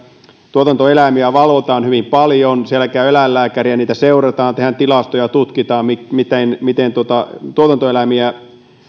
tuotantoeläimiä valvotaan hyvin paljon siellä käy eläinlääkäri ja niitä seurataan tehdään tilastoja tutkitaan miten miten tuotantoeläimiä